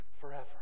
forever